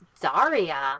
Daria